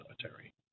Cemetery